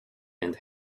and